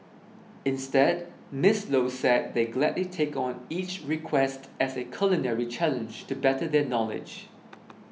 instead Miss Low said they gladly take on each request as a culinary challenge to better their knowledge